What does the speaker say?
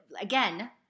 again